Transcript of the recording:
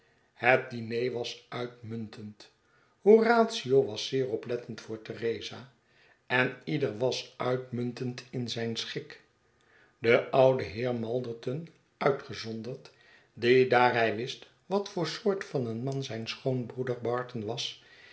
het diner was uitmuntend horatio was zeer oplettend voor theresa en ieder was uitmuntend in zijn schik de oude heer malderton uitgezonderd die daar hij wist wat voor soort van een man zijn schoonbroeder barton was